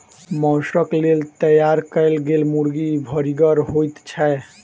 मौसक लेल तैयार कयल गेल मुर्गी भरिगर होइत छै